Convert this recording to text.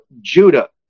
Judah